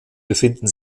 befinden